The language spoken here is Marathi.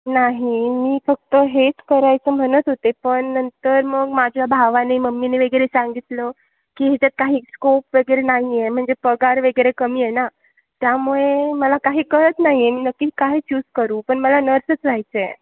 नाही मी फक्त हेच करायचं म्हणत होते पण नंतर मग माझ्या भावाने मम्मीने वगैरे सांगितलं की हेच्यात काही स्कोप वगैरे नाही आहे म्हणजे पगार वगैरे कमी आहे ना त्यामुळे मला काही कळत नाही आहे मी नक्की काय चूज करू पण मला नर्सच व्हायचं आहे